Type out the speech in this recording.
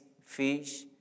fish